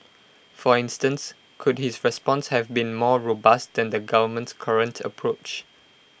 for instance could his response have been more robust than the government's current approach